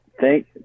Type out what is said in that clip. thank